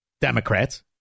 Democrats